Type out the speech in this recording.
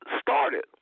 started